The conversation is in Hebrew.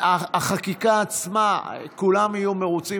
החקיקה עצמה, כולם יהיו מרוצים.